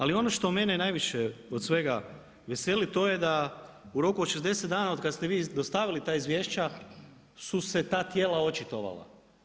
Ali ono što mene najviše od svega veseli, to je da u roku od 60 dana od kad ste vi dostavili ta izvješća, su se ta tijela očitovala.